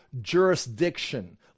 jurisdiction